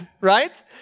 Right